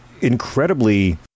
incredibly